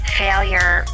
failure